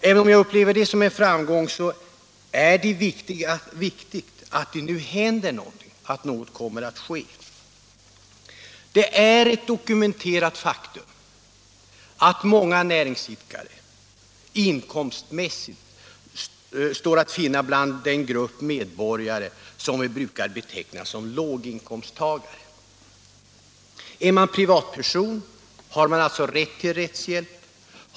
Även om jag upplever denna skrivning som en framgång är det viktigt att det nu händer någonting. Det är ett dokumenterat faktum att många näringsidkare inkomstmässigt står att finna bland den grupp medborgare som vi brukar beteckna som låginkomsttagare. Är man privatperson har man rätt till rättshjälp.